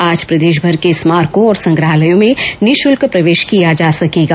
आज प्रदेशभर के स्मारकों और संग्रहालयों में निःशुल्क प्रवेश किया जा सर्केगा